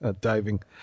Diving